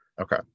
Okay